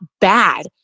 bad